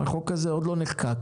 החוק הזה עוד לא נחקק.